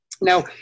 Now